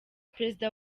prezida